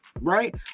right